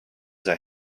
sai